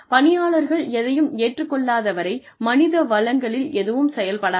பணியாளர்கள் எதையும் ஏற்றுக்கொள்ளாத வரை மனித வளங்களில் எதுவும் செயல்படாது